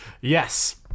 yes